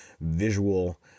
visual